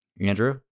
Andrew